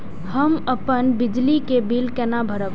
हम अपन बिजली के बिल केना भरब?